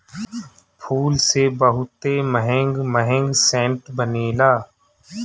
फूल से बहुते महंग महंग सेंट बनेला